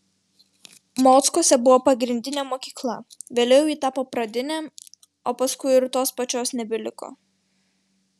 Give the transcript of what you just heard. mockuose buvo pagrindinė mokykla vėliau ji tapo pradinė o paskui ir tos pačios nebeliko